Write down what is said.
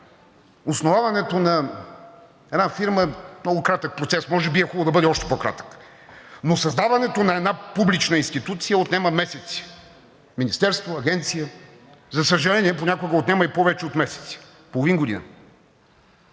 Основаването на една фирма е много кратък процес – може би е хубаво да бъде още по-кратък, но създаването на една публична институция отнема месеци – министерство, агенция, за съжаление, понякога отнема и повече от месеци – половин година.